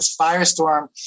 Firestorm